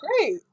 great